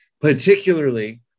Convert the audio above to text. particularly